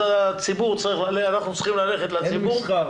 אז אנחנו צריכים ללכת --- אין מסחר,